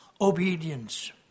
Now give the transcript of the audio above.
obedience